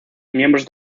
miembros